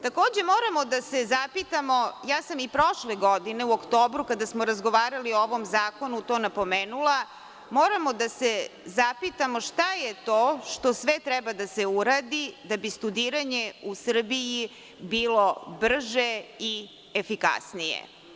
Takođe, moramo da se zapitamo, ja sam i prošle godine u oktobru, kada smo razgovarali o ovom zakonu to napomenula, moramo da se zapitamo šta je to što sve treba da se uradi da bi studiranje u Srbiji bilo brže i efikasnije.